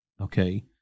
Okay